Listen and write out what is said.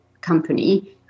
company